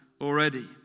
already